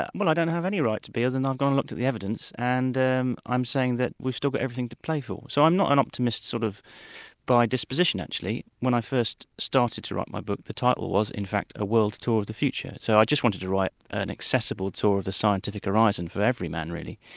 ah well i don't have any right to be, other than i've gone and looked at the evidence, and and i'm saying that we've still got everything to play for. so i'm not an optimist sort of by disposition actually. when i first started to write my book, the title was in fact a world tour of the future. so i just wanted to write an accessible tour of the scientific horizon for everyman really,